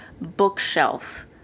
bookshelf